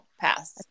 pass